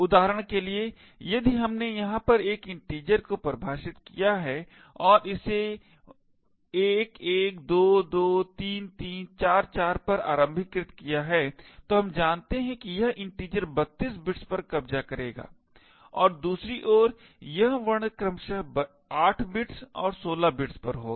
उदाहरण के लिए यदि हमने यहाँ पर एक इन्टिजर को परिभाषित किया है और इसे 11223344 पर आरंभीकृत किया है तो हम जानते हैं कि यह इन्टिजर32 बिट्स पर कब्जा करेगा और दूसरी ओर यह वर्ण क्रमशः 8 बिट्स और 16 बिट्स पर होगा